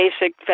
basic